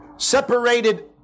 Separated